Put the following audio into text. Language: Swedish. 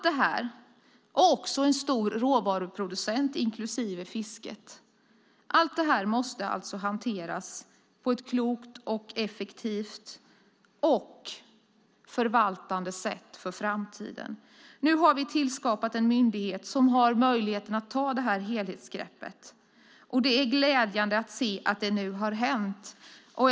Det är också en stor råvaruproducent, inklusive fisket. Allt detta måste hanteras på ett klokt och effektivt sätt och också förvaltas för framtiden. Vi har skapat en myndighet som har möjlighet att ta ett helhetsgrepp. Det är glädjande att se att det har blivit verklighet.